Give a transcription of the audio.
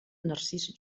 narcís